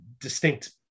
distinct